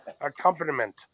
accompaniment